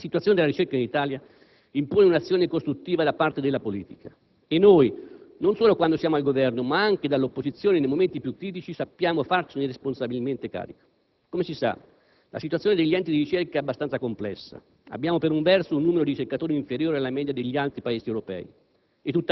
la situazione della ricerca in Italia impone un'azione costruttiva da parte della politica. E noi, non solo quando stiamo al Governo, ma anche dall'opposizione, nei momenti più critici, sappiamo farcene responsabilmente carico. Come si sa, la situazione degli enti di ricerca è abbastanza complessa. Abbiamo per un verso un numero di ricercatori inferiore alla media degli altri Paesi europei.